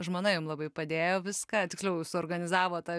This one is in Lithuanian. žmona jum labai padėjo viską tiksliau suorganizavo tą